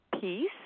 peace